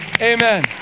Amen